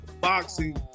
boxing